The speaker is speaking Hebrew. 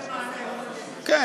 אני רוצה לתת מענה, כן.